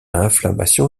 inflammation